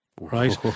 right